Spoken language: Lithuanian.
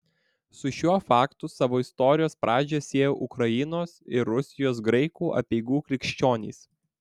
su šiuo faktu savo istorijos pradžią sieją ukrainos ir rusijos graikų apeigų krikščionys